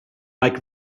like